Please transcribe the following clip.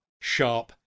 sharp